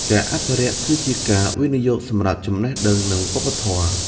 ការអភិរក្សគឺជាការវិនិយោគសម្រាប់ចំណេះដឹង និងវប្បធម៌។